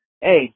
Hey